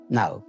Now